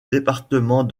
département